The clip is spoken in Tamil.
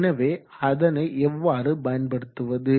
எனவே அதனை எவ்வாறு பயன்படுத்துவது